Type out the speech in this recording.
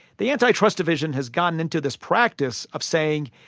the antitrust division has gotten into this practice of saying,